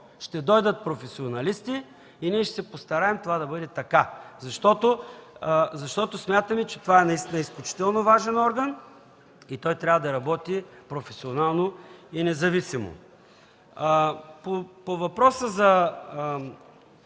Ще дойдат професионалисти и ние ще се постараем това да бъде така, защото смятаме, че това наистина е изключително важен орган и той трябва да работи професионално и независимо. По въпроса за